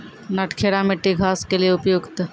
नटखेरा मिट्टी घास के लिए उपयुक्त?